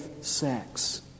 sex